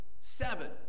seven